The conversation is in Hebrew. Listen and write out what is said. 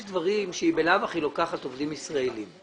יש דברים שהיא ממילא לוקחת עובדים ישראלים.